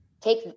take